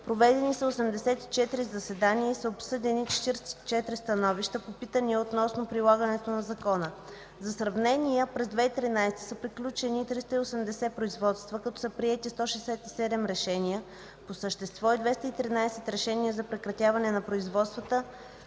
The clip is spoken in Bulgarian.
Проведени са 84 заседания и са обсъдени 44 становища по питания относно прилагането на Закона. За сравнение, през 2013 г. са приключени 380 производства, като са приети 167 решения по същество и 213 решения за прекратяване на производствата,